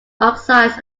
oxides